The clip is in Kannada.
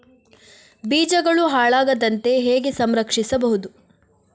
ಬೀಜಗಳು ಹಾಳಾಗದಂತೆ ಹೇಗೆ ಸಂರಕ್ಷಿಸಬಹುದು?